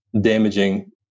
damaging